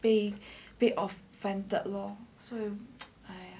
offended lor so I